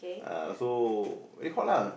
uh so very hot lah